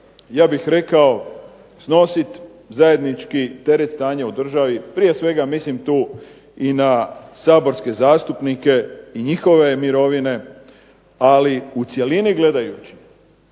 ja bih rekao snositi zajednički teret stanja u državi, prije svega mislim tu i na saborske zastupnike i njihove mirovine, ali u cjelini gledajući